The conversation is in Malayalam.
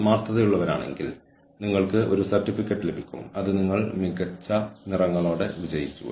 ഗുണനിലവാരവും അളവും സംബന്ധിച്ച ആശങ്കയാണ് എച്ച്ആർ തന്ത്രങ്ങളെ സഹായിക്കുന്ന മറ്റൊരു സ്വഭാവം അത് ഓർഗനൈസേഷന്റെ തന്ത്രങ്ങളുമായി പൊരുത്തപ്പെടുന്നു